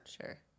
Sure